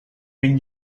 vint